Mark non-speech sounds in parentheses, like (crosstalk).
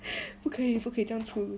(laughs) 不可以不可以这样粗鲁